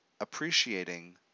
appreciating